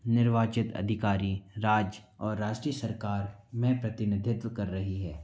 निर्वाचित अधिकारी राज और राष्ट्रीय सरकार में प्रतिनिधित्व कर रही है